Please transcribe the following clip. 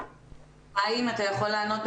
חיים, אתה יכול לענות?